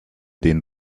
den